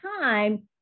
time